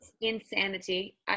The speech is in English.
insanity